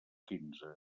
quinze